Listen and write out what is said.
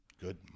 good